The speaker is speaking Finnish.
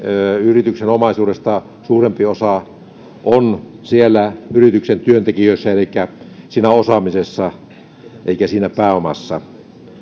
yrityksen omaisuudesta suurempi osa on yrityksen työntekijöissä elikkä osaamisessa eikä siinä pääomassa